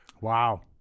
Wow